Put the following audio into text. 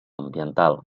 ambiental